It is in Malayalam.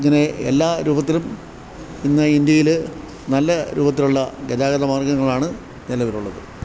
ഇങ്ങനെയെല്ലാ രൂപത്തിലും ഇന്ന് ഇന്ത്യയില് നല്ല രൂപത്തിലുള്ള ഗതാഗത മാർഗ്ഗങ്ങളാണ് നിലവിലുള്ളത്